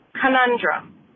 conundrum